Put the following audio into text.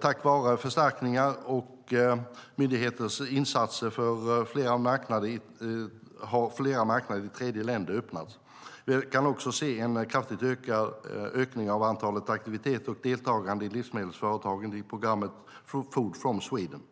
Tack vare förstärkningar och myndigheters insatser har fler marknader i tredje land öppnats. Vi kan också se en kraftig ökning av antalet aktiviteter och deltagande livsmedelsföretag i programmet Food from Sweden.